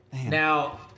Now